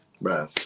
bro